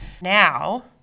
now